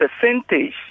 percentage